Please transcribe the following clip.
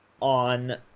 on